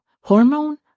Hormone